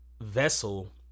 vessel